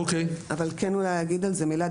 אבל כן אולי להגיד על זה מילה,